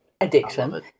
addiction